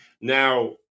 now